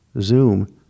Zoom